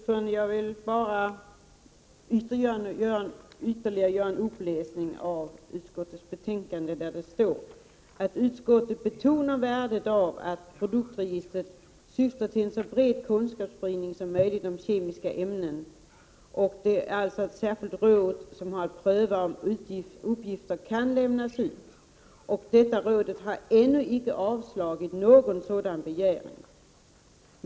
Fru talman! Jag vill bara göra ytterligare en uppläsning ur utskottets betänkande. Där står att utskottet betonar värdet av att produktregistret syftar till en så bred kunskapsspridning som möjligt om kemiska ämnen. Det är ett särskilt råd som har att pröva om uppgifter kan lämnas ut, och detta råd har ännu icke avslagit någon sådan begäran.